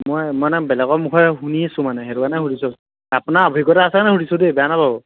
মই মানে বেলেগৰ মুখৰে শুনি আছোঁ মানে সেইটো কাৰণে সুধিছোঁ আপোনাৰ অভিজ্ঞতা আছে কাৰণে সুধিছোঁ দেই বেয়া নাপাব